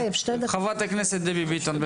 --- חברת הכנסת דבי ביטון.